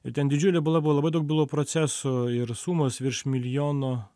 ir ten didžiulė byla buvo labai daug buvo procesų ir sumos virš milijono